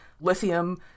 lithium